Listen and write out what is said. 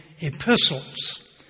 epistles